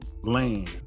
land